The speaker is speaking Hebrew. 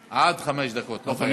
עד חמש דקות, לא חייב.